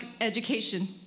education